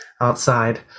outside